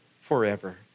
forever